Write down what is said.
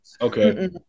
okay